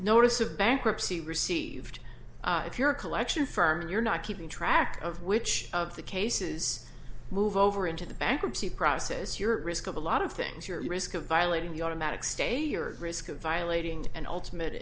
bankruptcy received if your collection firm you're not keeping track of which of the cases move over into the bankruptcy process your risk of a lot of things your risk of violating the automatic stay or risk of violating and ultimate